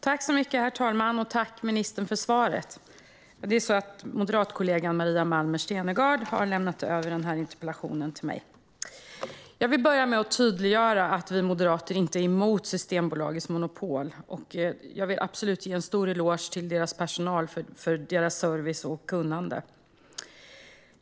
Herr talman! Tack, ministern, för svaret! Moderatkollegan Maria Malmer Stenergard har lämnat över den här interpellationen till mig. Jag vill börja med att tydliggöra att vi moderater inte är emot Systembolagets monopol, och jag vill absolut ge en stor eloge till deras personal för deras service och kunnande.